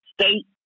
state